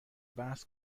بحث